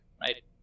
right